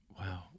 Wow